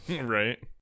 Right